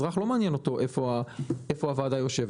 את האזרח לא מעניין איפה הוועדה יושבת.